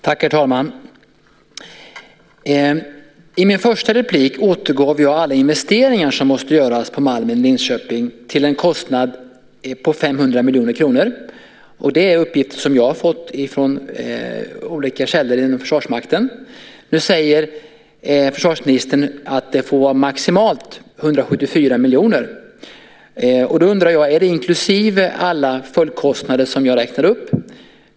Herr talman! I min första replik återgav jag alla investeringar som måste göras på Malmen i Linköping till en kostnad av 500 miljoner kronor. Det är uppgifter som jag har fått från olika källor inom Försvarsmakten. Nu säger försvarsministern att det får vara maximalt 174 miljoner. Jag undrar om det är inklusive alla följdkostnader som jag räknade upp.